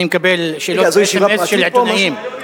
אני מקבל שאלות אס.אם.אס של עיתונאים,